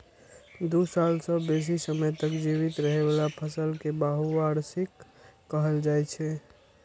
दू साल सं बेसी समय तक जीवित रहै बला फसल कें बहुवार्षिक कहल जाइ छै